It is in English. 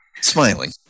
smiling